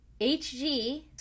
HG